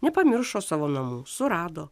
nepamiršo savo namų surado